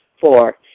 Four